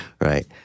right